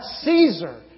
Caesar